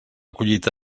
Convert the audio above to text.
collita